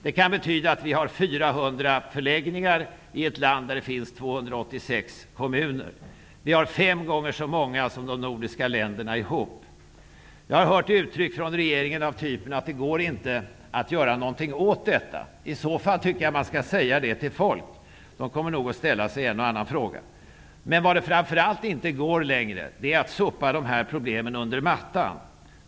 Det kan betyda att vi då har 400 flyktingförläggningar i ett land där det finns 286 kommuner. Vi har fem gånger så många som de övriga nordiska länderna tillsammans. Jag har från regeringen hört uttalanden av typen att det inte går att göra någonting åt detta. I så fall tycker jag att man skall säga det till folk. Människor kommer nog att ställa sig en och annan fråga! Men framför allt går det inte längre att sopa de här problemen under mattan.